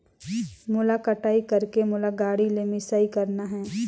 मोला कटाई करेके मोला गाड़ी ले मिसाई करना हे?